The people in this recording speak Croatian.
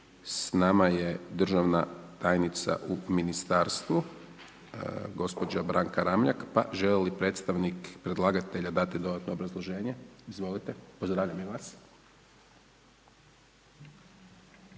S nama je državna tajnica u ministarstvu, gospođa Branka Ramljak, pa želi li predstavnik predlagatelja dati dodatno obrazloženje? Izvolite …/Govornik se